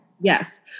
Yes